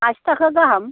आसि थाखा गाहाम